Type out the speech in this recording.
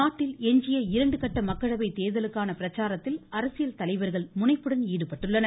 நாட்டில் எஞ்சிய இரண்டு கட்ட மக்களவை தேர்தலுக்கான பிரச்சாரத்தில் அரசியல் தலைவர்கள் முனைப்புடன் ஈடுபட்டுள்ளனர்